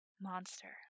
Monster